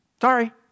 Sorry